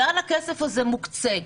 לאן הכסף הזה מוקצה.